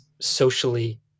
socially